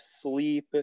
sleep